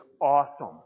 awesome